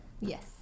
Yes